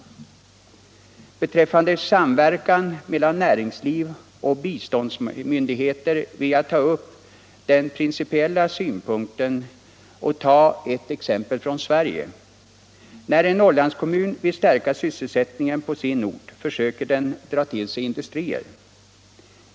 Vad beträffar samverkan mellan näringsliv och biståndsmyndigheter vill jag ta upp den principiella synpunkten och ta ett exempel från Sverige. När en Norrlandskommun vill stärka sysselsättningen på sin ort försöker den dra till sig industrier.